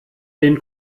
den